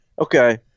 Okay